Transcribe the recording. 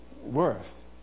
worth